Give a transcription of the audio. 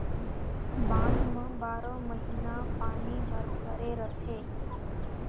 बांध म बारो महिना पानी हर भरे रथे